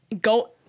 go